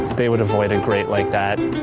they would avoid a grate like that.